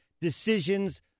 decisions